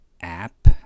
app